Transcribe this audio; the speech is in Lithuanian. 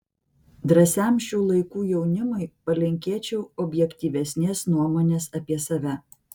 drąsiam šių laikų jaunimui palinkėčiau objektyvesnės nuomonės apie save